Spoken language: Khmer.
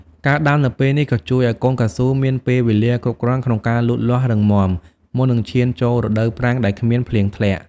ការដាំនៅពេលនេះក៏ជួយឱ្យកូនកៅស៊ូមានពេលវេលាគ្រប់គ្រាន់ក្នុងការលូតលាស់រឹងមាំ មុននឹងឈានចូលរដូវប្រាំងដែលគ្មានភ្លៀងធ្លាក់។